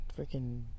freaking